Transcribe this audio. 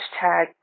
hashtag